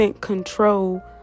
control